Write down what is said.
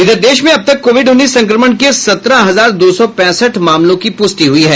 इधर देश में अब तक कोविड उन्नीस संक्रमण के सत्रह हजार दो सौ पैंसठ मामलों की पुष्टि हुई है